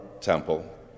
temple